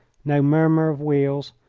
no murmur of wheels,